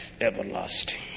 everlasting